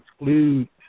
exclude